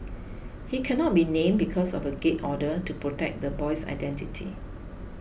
he cannot be named because of a gag order to protect the boy's identity